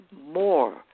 more